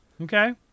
Okay